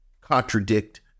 contradict